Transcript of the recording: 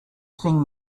sing